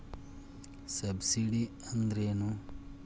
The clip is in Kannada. ಸಬ್ಸಿಡಿ ಅಂದ್ರೆ ಏನು?